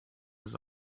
his